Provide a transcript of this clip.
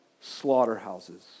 slaughterhouses